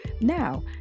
Now